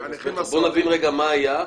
בוא נבין רגע מה היה.